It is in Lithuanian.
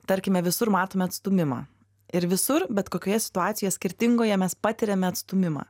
tarkime visur matome atstūmimą ir visur bet kokioje situacijoje skirtingoje mes patiriame atstūmimą